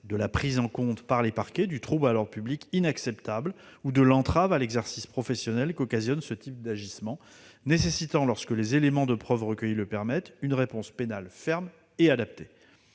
de la prise en compte par les parquets du trouble à l'ordre public inacceptable ou de l'entrave à l'exercice professionnel qu'occasionnent de tels agissements, nécessitant, lorsque les éléments de preuve recueillis le permettent, une réponse pénale ferme et adaptée.